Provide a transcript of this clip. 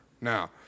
Now